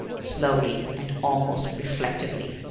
slowly and almost reflectively,